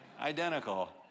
Identical